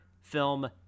film